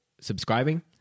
subscribing